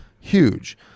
huge